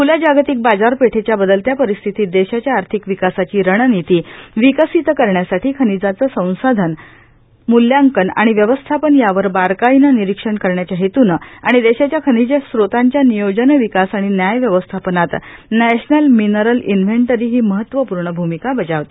खूल्या जागतिक बाजारपेठेच्या बदलत्या परिस्थितीत देशाच्या आर्थिक विकासाची रणनीती विकसित करण्यासाठी खनिजाचे संसाधनए मूल्यांकन आणि व्यवस्थापन यावर बारकाईनं निरीक्षण करण्याच्या हेतूने आणि देशाच्या खनिज स्रोतांच्या नियोजन विकास आणि न्याय व्यवस्थापनात नॅशनल मिनरल इन्व्हेंटरी ही महत्वपूर्ण भूमिका बजावते